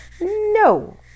no